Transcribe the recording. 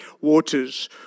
waters